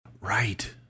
Right